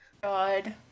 god